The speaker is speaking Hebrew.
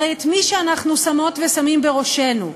הרי את מי שאנחנו שמות ושמים בראשנו,